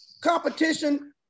competition